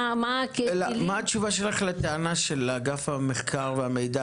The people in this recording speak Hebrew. מה התשובה שלך לטענה של אגף המחקר והמידע